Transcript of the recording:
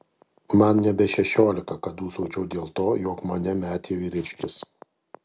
man nebe šešiolika kad dūsaučiau dėl to jog mane metė vyriškis